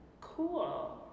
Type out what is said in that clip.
cool